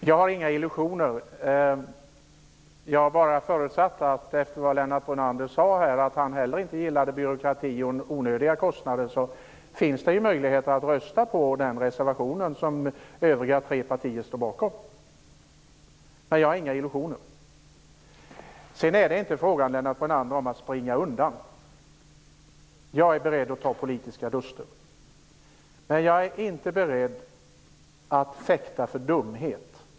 Herr talman! Jag har inga illusioner. Efter vad Lennart Brunander sade om att han inte heller gillade byråkrati och onödiga kostnader påpekade jag bara att det finns möjlighet att rösta på den reservation som övriga tre borgerliga partier står bakom. Men jag har inga illusioner. Det är inte fråga om att springa undan, Lennart Brunander! Jag är beredd att ta politiska duster. Men jag är inte beredd att fäkta för dumhet.